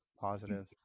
positive